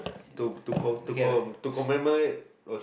to to com to com to commemorate was